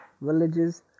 villages